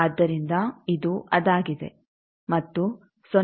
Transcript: ಆದ್ದರಿಂದ ಇದು ಅದಾಗಿದೆ ಮತ್ತು 0